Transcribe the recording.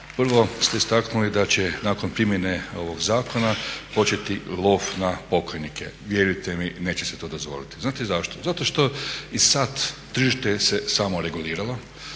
Prvo ste istaknuli da će nakon primjene ovog zakona početi lov na pokojnike. Vjerujte mi neće se to dozvoliti. Znate zašto? Zato što i sada tržište se samo reguliralo